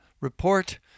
report